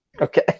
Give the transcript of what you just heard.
Okay